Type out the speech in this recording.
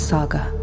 Saga